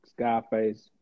Skyface